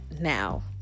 now